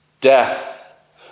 death